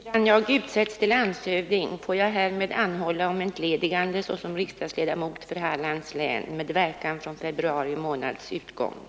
Sedan jag utsetts till landshövding får jag härmed anhålla om entledigande såsom riksdagsledamot för Hallands län med verkan från februari månads utgång.